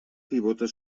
pivota